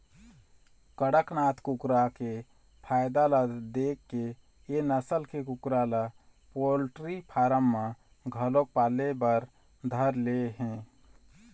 कड़कनाथ कुकरा के फायदा ल देखके ए नसल के कुकरा ल पोल्टी फारम म घलोक पाले बर धर ले हे